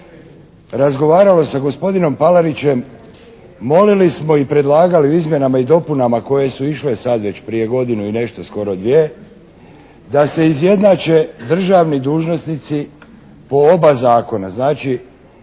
razgovaralo sa gospodinom Palarićem molili smo i predlagali u izmjenama i dopunama koje su išle sad već prije godinu i nešto, skoro dvije, da se izjednače državni dužnosnici po oba zakona. Znači